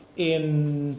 in